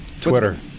Twitter